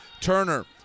Turner